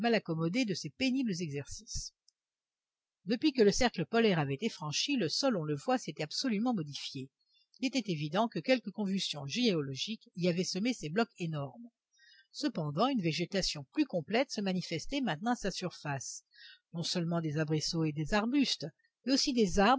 accommodée de ces pénibles exercices depuis que le cercle polaire avait été franchi le sol on le voit s'était absolument modifié il était évident que quelque convulsion géologique y avait semé ces blocs énormes cependant une végétation plus complète se manifestait maintenant à sa surface non seulement des arbrisseaux et des arbustes mais aussi des arbres